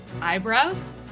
eyebrows